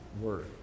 word